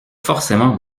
forcément